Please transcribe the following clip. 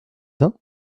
d’un